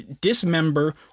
dismember